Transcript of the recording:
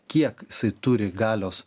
kiek jisai turi galios